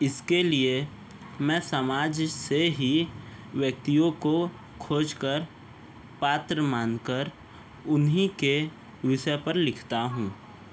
इस के लिए मैं समाज से ही व्यक्तियों को खोज कर पात्र मान कर उन्हीं के विषय पर लिखता हूँ